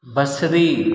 बसिरी